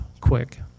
quick